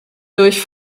durch